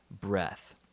breath